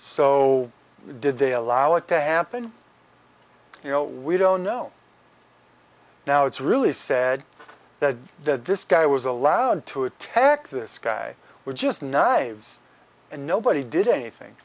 so did they allow it to happen you know we don't know now it's really sad that that this guy was allowed to attack this guy we just knives and nobody did anything